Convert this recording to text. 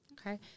Okay